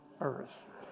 earth